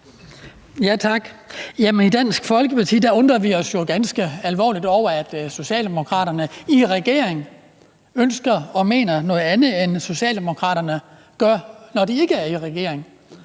I Dansk Folkeparti undrer vi os jo i ganske alvorlig grad over, at Socialdemokraterne i regering ønsker og mener noget andet, end Socialdemokraterne gør, når de ikke er i regering.